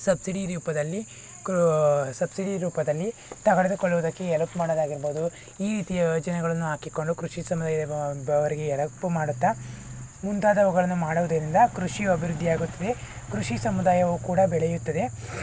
subsidy ರೂಪದಲ್ಲಿ ಕ್ರು subsidy ರೂಪದಲ್ಲಿ ತೆಗೆದುಕೊಳ್ಳೋದಕ್ಕೆ ಹೆಲ್ಪ್ ಮಾಡೋದಾಗಿರ್ಬೋದು ಈ ರೀತಿಯ ಯೋಜನೆಗಳನ್ನು ಹಾಕಿಕೊಂಡು ಕೃಷಿ ಸಮುದಾಯ ಅವರಿಗೆ ಹೆಲಪು ಮಾಡುತ್ತಾ ಮುಂತಾದವುಗಳನ್ನ ಮಾಡೋದ್ರಿಂದ ಕೃಷಿಯು ಅಭಿವೃದ್ಧಿ ಆಗುತ್ತದೆ ಕೃಷಿ ಸಮುದಾಯವು ಕೂಡ ಬೆಳೆಯುತ್ತದೆ